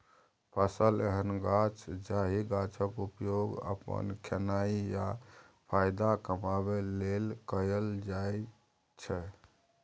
फसल एहन गाछ जाहि गाछक उपयोग अपन खेनाइ या फाएदा कमाबै लेल कएल जाइत छै